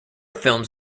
films